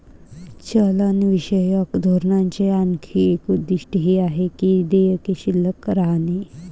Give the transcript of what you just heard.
चलनविषयक धोरणाचे आणखी एक उद्दिष्ट हे आहे की देयके शिल्लक राखणे